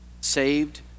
saved